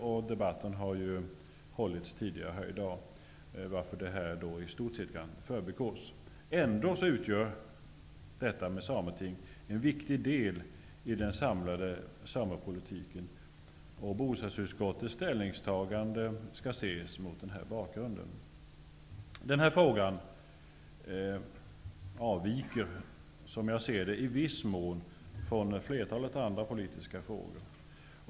Den debatten har här tidigare hållits, varför jag i stort sett förbigår den frågan. Ändå utgör Sametinget en viktig del i den samlade samepolitiken. Bostadsutskottets ställningstagande skall ses mot denna bakrund. Som jag ser det avviker den här frågan i viss mån från flertalet andra politiska frågor.